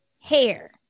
hair